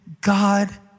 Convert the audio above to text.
God